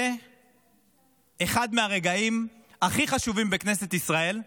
זה אחד מהרגעים הכי חשובים בכנסת ישראל,